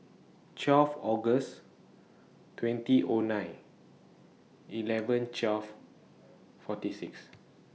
twelve August twenty O nine eleven twelve forty six